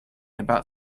about